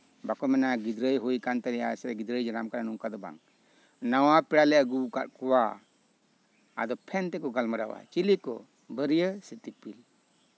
ᱵᱟᱠᱚ ᱞᱟᱹᱭᱟ ᱜᱤᱫᱽᱨᱟᱹᱭ ᱦᱩᱭ ᱠᱟᱱ ᱛᱟᱭᱟ ᱥᱮ ᱡᱟᱱᱟᱢ ᱠᱟᱱᱟᱭ ᱱᱚᱝᱠᱟ ᱫᱚ ᱵᱟᱝ ᱱᱟᱣᱟ ᱯᱮᱲᱟ ᱞᱮ ᱟᱹᱜᱩ ᱠᱟᱜ ᱠᱚᱣᱟ ᱟᱫᱚ ᱯᱷᱮᱱ ᱛᱮᱠᱚ ᱜᱟᱞᱢᱟᱨᱟᱣᱟ ᱟᱫᱚ ᱪᱤᱞᱤ ᱠᱚ ᱵᱷᱟᱹᱨᱭᱟᱹ ᱥᱮ ᱫᱤᱯᱤᱞ